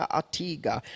atiga